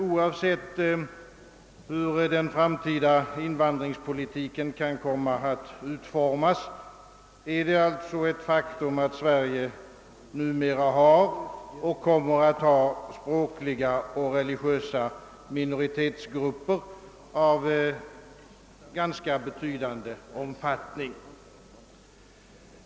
Oavsett hur den framtida invandringspolitiken kan komma att utformas, är det alltså ett faktum, att Sverige numera har och i framtiden kommer att ha språkliga och religiösa minoritetsgrupper av ganska betydande omfattning.